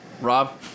Rob